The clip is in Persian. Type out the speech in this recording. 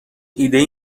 ایدهای